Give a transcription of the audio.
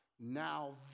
now